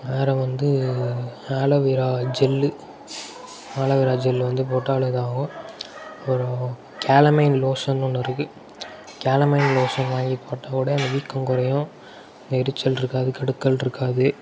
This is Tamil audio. வேறே வந்து ஆலோவேரா ஜெல்லு ஆலோவேரா ஜெல்லு வந்து போட்டாலும் இதுவாகும் அப்புறம் கேலமைன் லோஷன் ஒன்று இருக்குது கேலமைன் லோஷன் வாங்கி போட்டால் கூட அந்த வீக்கம் குறையும் அந்த எரிச்சல் இருக்காது கடுக்கல் இருக்காது